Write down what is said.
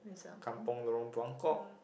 kampung Lorong Buangkok